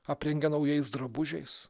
aprengia naujais drabužiais